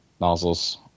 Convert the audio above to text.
nozzles